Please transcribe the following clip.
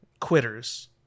quitters